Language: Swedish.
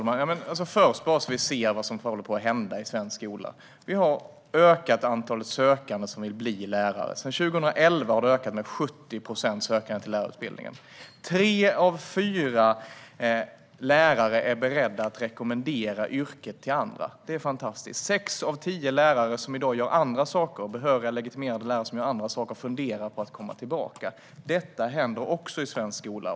Herr talman! Vi måste först titta på vad som håller på att hända i svensk skola. Antalet som vill bli lärare har ökat. Sedan 2011 har antalet sökande till lärarutbildningen ökat med 70 procent. Och tre av fyra lärare är beredda att rekommendera yrket till andra. Det är fantastiskt! Sex av tio behöriga och legitimerade lärare som i dag gör andra saker funderar också på att komma tillbaka. Detta händer också i svensk skola.